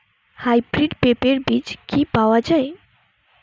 Hybrid পেঁপের বীজ কি পাওয়া যায়?